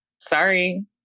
sorry